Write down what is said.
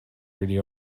really